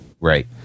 Right